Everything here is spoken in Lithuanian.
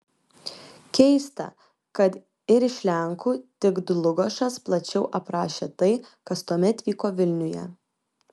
keista kad ir iš lenkų tik dlugošas plačiau aprašė tai kas tuomet vyko vilniuje